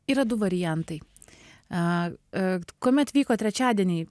yra du variantai a kuomet vyko trečiadieniai